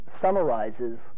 summarizes